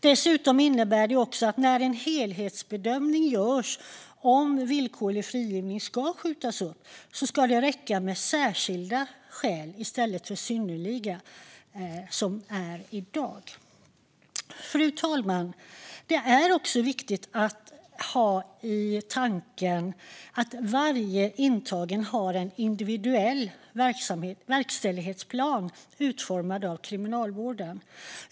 Dessutom innebär det att när en helhetsbedömning görs rörande om villkorlig frigivning ska skjutas upp ska det räcka med särskilda skäl i stället för synnerliga skäl, som det är i dag. Fru talman! Det är också viktigt att ha i åtanke att varje intagen har en individuell verkställighetsplan utformad av Kriminalvården.